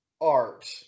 art